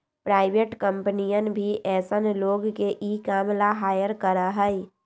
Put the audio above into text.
private कम्पनियन भी ऐसन लोग के ई काम ला हायर करा हई